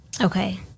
Okay